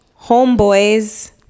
homeboys